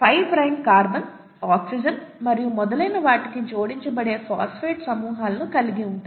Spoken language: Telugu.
5 ప్రైమ్ కార్బన్ ఆక్సిజన్ మరియు మొదలైన వాటికి జోడించబడే ఫాస్ఫేట్ సమూహాలను కలిగి ఉంటాయి